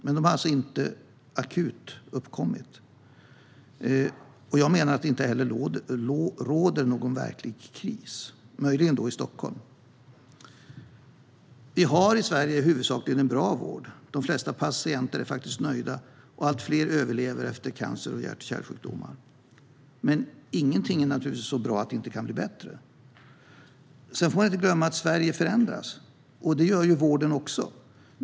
Men de har alltså inte uppkommit akut, och jag menar att det inte heller råder någon verklig kris utom möjligen i Stockholm. Vi har i Sverige huvudsakligen en bra vård. De flesta patienter är faktiskt nöjda. Allt fler överlever efter cancer och hjärt och kärlsjukdomar. Ingenting är dock så bra att det inte kan bli bättre. Man får inte heller glömma att Sverige förändras, och det gör vården också.